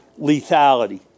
lethality